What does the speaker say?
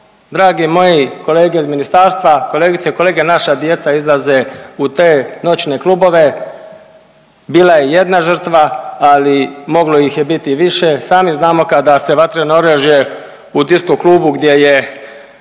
Dragi moji kolege iz ministarstva, kolegice i kolege, naša djeca izlaze u te noćne klubove, bila je jedna žrtva, ali moglo ih biti i više, sami znamo kada se vatreno oružje u diskoklubu gdje je,